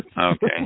Okay